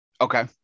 Okay